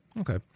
Okay